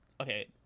okay